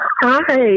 Hi